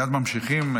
מייד ממשיכים.